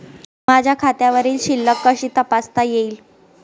माझ्या खात्यावरील शिल्लक कशी तपासता येईल?